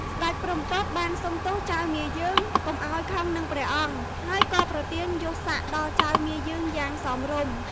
ស្តេចព្រហ្មទត្តបានសុំទោសចៅមាយើងកុំឱ្យខឹងនឹងព្រះអង្គ ហើយក៏ប្រទានយសសក្តិដល់ចៅមាយើងយ៉ាងសមរម្យ។